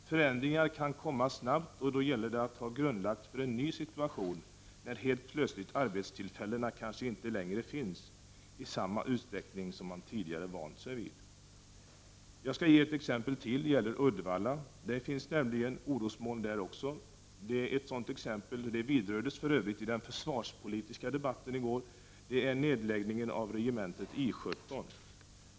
Förändringar kan komma snabbt, och det gäller att ha förberett sig för en ny situation, när helt plötsligt arbetstillfällen kanske inte längre finns i samma utsträckning som man vant sig vid. Jag skall ge ytterligare ett exempel. Det gäller Uddevalla, eftersom det finns orosmoln även där. Exemplet, som för övrigt berördes i den försvarspolitiska debatten i går, gäller nedläggningen av regementet I 17.